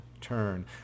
turn